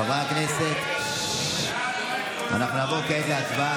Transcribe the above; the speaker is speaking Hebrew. חברי הכנסת, אנחנו נעבור כעת להצבעה.